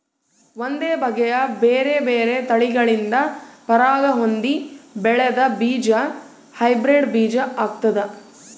ಒಂದೇ ಬಗೆಯ ಬೇರೆ ಬೇರೆ ತಳಿಗಳಿಂದ ಪರಾಗ ಹೊಂದಿ ಬೆಳೆದ ಬೀಜ ಹೈಬ್ರಿಡ್ ಬೀಜ ಆಗ್ತಾದ